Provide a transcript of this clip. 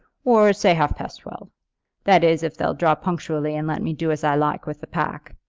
or, say, half-past twelve that is, if they'll draw punctually and let me do as i like with the pack.